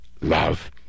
love